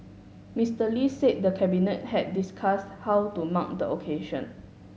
Mister Lee said the Cabinet had discussed how to mark the occasion